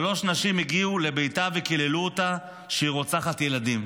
שלוש נשים הגיעו לביתה וקיללו אותה שהיא רוצחת ילדים.